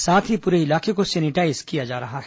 साथ ही पूरे इलाके को सैनिटाईज किया जा रहा है